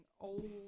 old